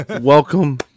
Welcome